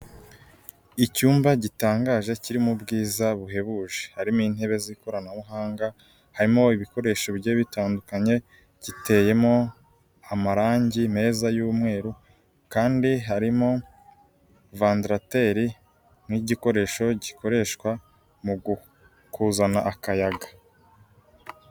Icyumba gitangaje kirimo ubwiza buhebuje, harimo intebe z'ikoranabuhanga, harimo ibikoresho bigiye bitandukanye, giteyemo amarange meza y'umweru kandi harimo vandarateri n'igikoresho gikoreshwa mu kuzana akayaga.